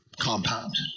compound